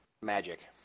magic